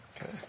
Okay